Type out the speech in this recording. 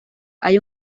hay